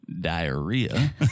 diarrhea